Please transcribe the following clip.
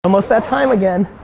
almost that time again.